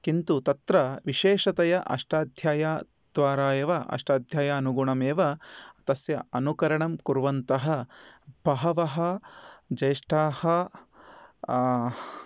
किन्तु तत्र विशेषतया अष्टाध्यायी द्वारा एव अष्टाध्यायी अनुगुणमेव तस्य अनुकरणं कुर्वन्तः बहवः ज्येष्ठाः